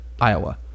Iowa